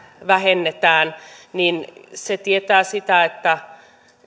vähennetään tietää sitä että